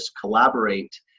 collaborate